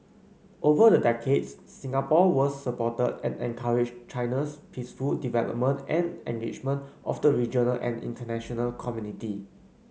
over the decades Singapore was supported and encouraged China's peaceful development and engagement of the regional and international community